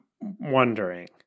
wondering